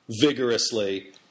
vigorously